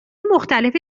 مختلف